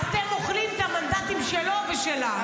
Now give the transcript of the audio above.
אתם אוכלים את המנדטים שלו ושלה.